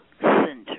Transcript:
center